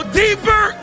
deeper